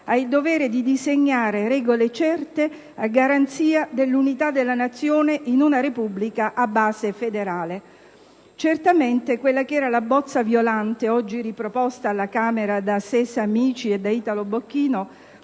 ha il dovere di disegnare regole certe a garanzia dell'unità della Nazione in una Repubblica a base federale. Certamente, quella che era la cosiddetta bozza Violante, oggi riproposta alla Camera da Sesa Amici e da Italo Bocchino,